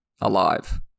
Alive